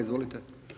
Izvolite.